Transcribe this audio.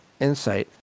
insight